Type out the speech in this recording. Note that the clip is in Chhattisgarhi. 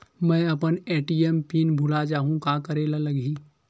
मैं अपन ए.टी.एम पिन भुला जहु का करे ला लगही?